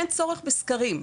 אין צורך בסקרים.